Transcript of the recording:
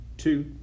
two